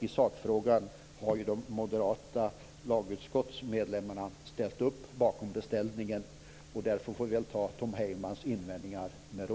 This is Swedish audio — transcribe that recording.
I sakfrågan har de moderata lagutskottsmedlemmarna ställt upp bakom beställningen. Därför kan vi ta Tom Heymans invändningar med ro.